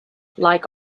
like